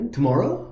Tomorrow